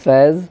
Faiz